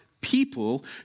people